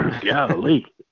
golly